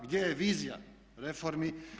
Gdje je vizija reformi?